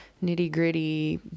nitty-gritty